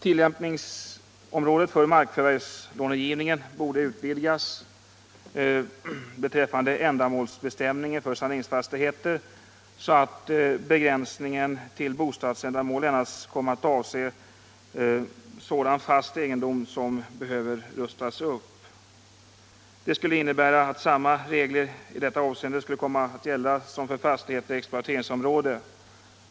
Tillämpningsområdet för markförvärvslångivningen borde utvidgas beträffande ändamålsbestämningen för saneringsfastigheter så att begränsningen till bostadsändamål endast kommer att avse sådan fast egendom som behöver rustas upp. Det skulle innebära att samma regler i detta avseende skulle komma att gälla som för fastigheter i exploateringsområden.